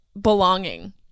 belonging